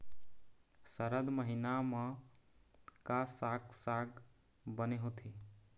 सरद महीना म का साक साग बने होथे?